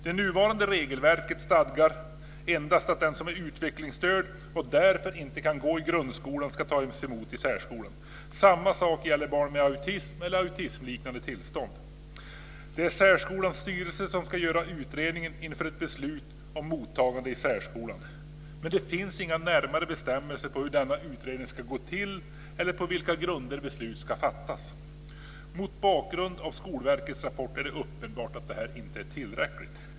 Det nuvarande regelverket stadgar endast att den som är utvecklingsstörd och därför inte kan gå i grundskolan ska tas emot i särskolan. Samma sak gäller barn med autism eller autismliknande tillstånd. Det är särskolans styrelse som ska göra utredningen inför ett beslut om mottagande i särskolan, men det finns inga närmare bestämmelser om hur denna utredning ska gå till eller på vilka grunder beslut ska fattas. Mot bakgrund av Skolverkets rapport är det uppenbart att detta inte är tillräckligt.